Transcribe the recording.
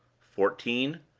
fourteen.